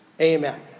amen